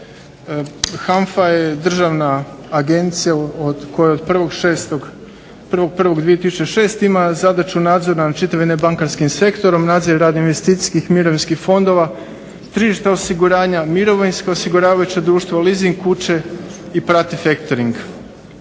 HANFA je državna agencija koja od 1. 1. 2006. ima zadaću nad čitavim nebankarskim sektorom, nadzire investicijskih mirovinskih fondova, … osiguranja, mirovinska osiguravajuća društva, leasing kuće i prati faktoring.